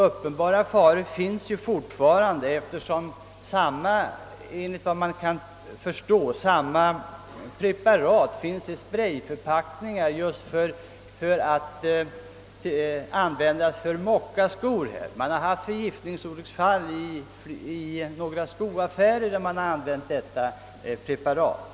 Uppenbara faror föreligger dessutom fortfarande, eftersom enligt vad jag kan förstå samma preparat även finns i sprayförpackningar för användning till mockaskor. Det har förekommit fall av förgiftningsolyckor i några skoaffärer där man använt detta preparat.